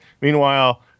Meanwhile